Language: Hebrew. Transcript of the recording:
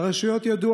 לרשויות ידוע